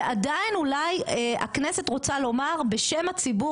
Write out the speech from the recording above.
ועדיין אולי הכנסת רוצה לומר בשם הציבור,